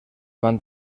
van